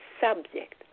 subject